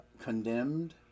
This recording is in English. condemned